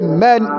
Amen